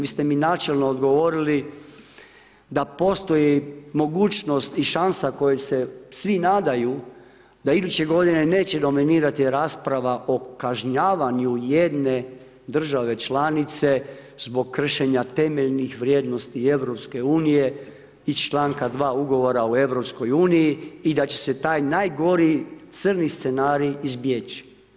Vi ste mi načelno odgovorili da postoji mogućnosti i šansa kojoj se svi nadaju da iduće godine neće dominirati rasprava o kažnjavanju jedne države članice zbog kršenja temeljnih vrijednosti EU iz članka 2. Ugovora o EU i da će se taj najgori crni scenarij izbjeći.